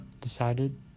decided